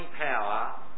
power